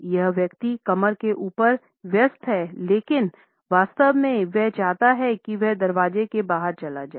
यह व्यक्ति कमर से ऊपर व्यस्त है लेकिन वास्तव में वह चाहता है कि वह दरवाज़े के बाहरचला जाये